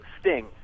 Sting